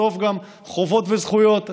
בסוף גם חובות וזכויות,